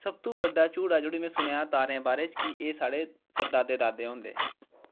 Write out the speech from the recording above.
सब तो बड्डा झूठ अज्ज धोड़ी में सुनेआ तारें बारें च कि एह् साढ़े पड़दादे दादे होंदे